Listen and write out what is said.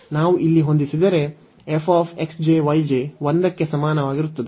ನಾವು ಇಲ್ಲಿ ಹೊಂದಿಸಿದರೆ 1 ಕ್ಕೆ ಸಮಾನವಾಗಿರುತ್ತದೆ